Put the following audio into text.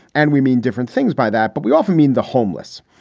and we mean different things by that, but we often mean the homeless.